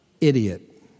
idiot